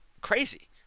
crazy